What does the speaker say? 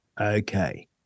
Okay